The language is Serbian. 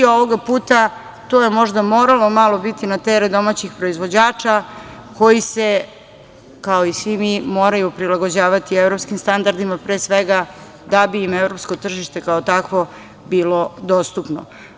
Ovoga puta je to možda moralo malo biti na teret domaćih proizvođača koji se, kao i svi mi, moraju prilagođavati evropskim standardima da bi im evropsko tržište, kao takvo, bilo dostupno.